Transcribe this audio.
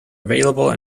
available